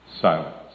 silence